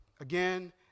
Again